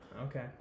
Okay